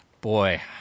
Boy